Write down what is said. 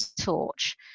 torch